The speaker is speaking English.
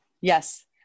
Yes